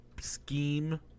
scheme